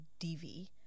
DV